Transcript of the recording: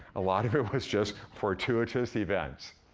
a lot of it was just fortuitous events.